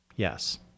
Yes